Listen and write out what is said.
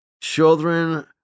children